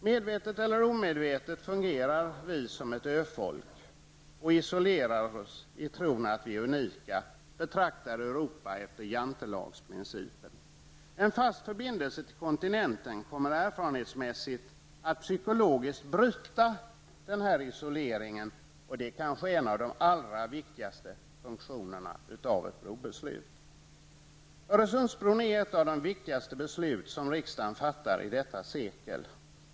Medvetet eller omedvetet fungerar vi som ett öfolk och isolerar oss i tron att vi är unika och betraktar Europa enligt Jantelagsprincipen. En fast förbindelse till kontinenten skulle erfarenhetsmässigt psykologiskt bryta den här isoleringen, och det är kanske ett av de viktigaste resultaten av ett brobeslut. Beslutet om Öresundsbron kommer att bli ett av de viktigaste beslut som riksdagen fattar under detta sekel.